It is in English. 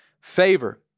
favor